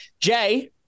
Jay